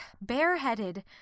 bareheaded